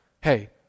hey